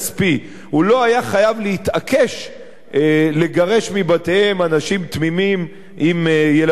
הוא לא היה חייב להתעקש לגרש מבתיהם אנשים תמימים עם ילדים קטנים.